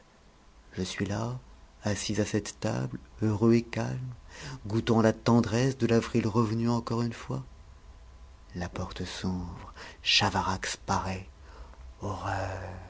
je suis là assis à cette table heureux et calme goûtant la tendresse de l'avril revenu encore une fois la porte s'ouvre chavarax paraît horreur